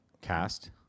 cast